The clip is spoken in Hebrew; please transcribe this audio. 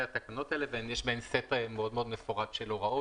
יש בתקנות האלה סט מאוד מפורט של הוראות